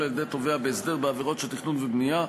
על-ידי תובע בהסדר בעבירות של תכנון ובנייה,